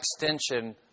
extension